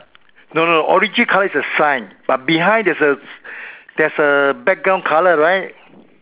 no no orangey colour is the sign but behind there's a there's a background colour right